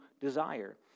desire